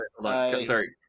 Sorry